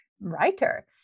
writer